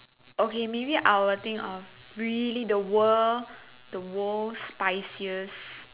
okay I will think of really the world the world's spiciest